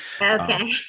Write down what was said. Okay